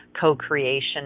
co-creation